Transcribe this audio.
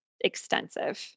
extensive